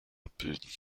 abbilden